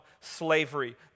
slavery